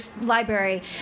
library